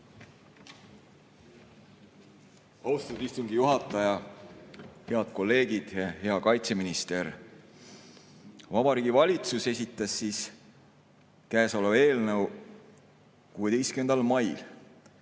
Austatud istungi juhataja! Head kolleegid! Hea kaitseminister! Vabariigi Valitsus esitas käesoleva eelnõu 16. mail.